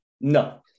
No